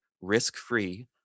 risk-free